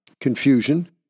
confusion